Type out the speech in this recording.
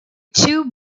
two